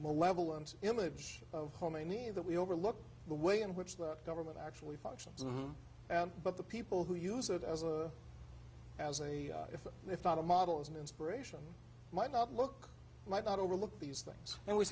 malevolent image of khomeini that we overlook the way in which the government actually functions and but the people who use it as a as a if if not a model as an inspiration might not look might not overlook these things and we